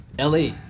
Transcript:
LA